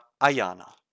Ayana